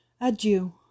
Adieu